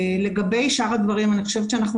לגבי שאר הדברים: אני חושבת שאנחנו